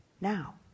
now